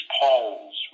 polls